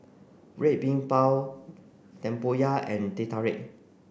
Red Bean Bao Tempoyak and Teh Tarik